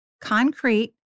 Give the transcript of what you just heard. concrete